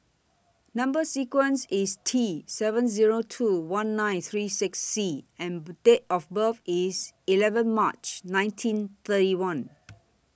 Number sequence IS T seven Zero two one nine three six C and Date of birth IS eleven March nineteen thirty one